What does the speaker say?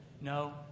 no